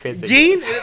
Jean